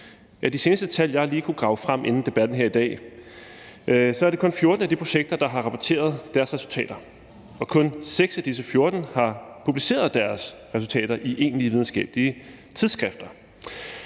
og de seneste tal, jeg lige har kunnet grave frem inden debatten her i dag, viser, at det kun er 14 af de projekter, der har rapporteret deres resultater, og kun 6 af disse 14 har publiceret deres resultater i egentlige videnskabelige tidsskrifter.